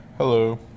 Hello